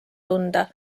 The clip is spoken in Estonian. tunda